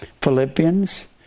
Philippians